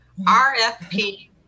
RFP